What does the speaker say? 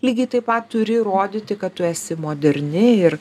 lygiai taip pat turi rodyti kad tu esi moderni ir